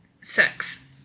sex